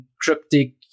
cryptic